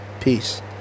Peace